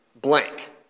blank